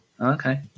Okay